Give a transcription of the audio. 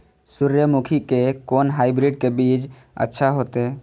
सूर्यमुखी के कोन हाइब्रिड के बीज अच्छा होते?